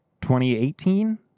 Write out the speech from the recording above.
2018